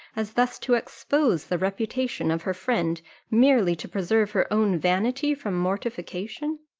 as thus to expose the reputation of her friend merely to preserve her own vanity from mortification?